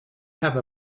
have